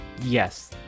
Yes